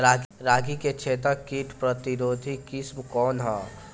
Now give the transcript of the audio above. रागी क छेदक किट प्रतिरोधी किस्म कौन ह?